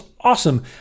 awesome